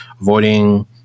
Avoiding